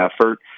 effort